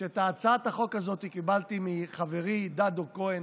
שאת הצעת החוק הזאת קיבלתי מחברי דדו כהן,